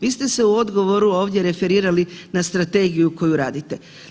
Vi ste se u odgovoru ovdje referirali na strategiju koju radite.